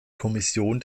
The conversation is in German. kommission